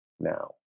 now